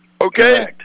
Okay